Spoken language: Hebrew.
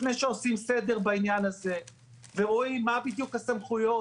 לפני שעושים סדר בעניין הזה ורואים מה בדיוק הסמכויות,